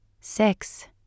six